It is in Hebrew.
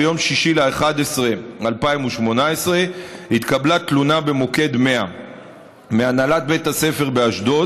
ביום 6 בנובמבר 2018 התקבלה תלונה במוקד 100 מהנהלת בית הספר באשדוד